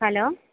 hello